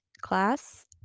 class